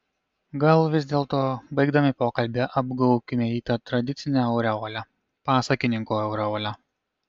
gal vis dėlto baigdami pokalbį apgaubkime jį ta tradicine aureole pasakininko aureole